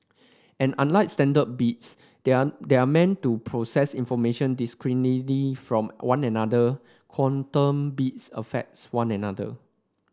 and unlike standard bits they are they are meant to process information discretely from one another quantum bits affects one another